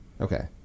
Okay